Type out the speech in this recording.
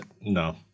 no